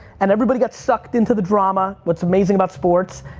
and everybody got sucked into the drama, what's amazing about sports,